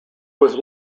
was